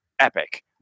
epic